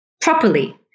properly